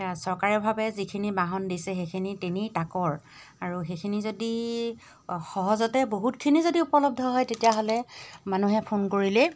চৰকাৰীভাৱে যিখিনি বাহন দিছে সেইখিনি তেনেই তাকৰ আৰু সেইখিনি যদি সহজতে বহুতখিনি যদি উপলব্ধ হয় তেতিয়াহ'লে মানুহে ফোন কৰিলেই